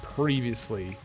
previously